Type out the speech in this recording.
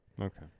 Okay